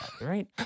right